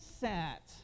sat